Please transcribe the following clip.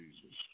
Jesus